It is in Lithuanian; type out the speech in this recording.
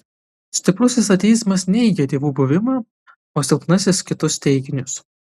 stiprusis ateizmas neigia dievų buvimą o silpnasis kitus teiginius